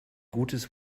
gutes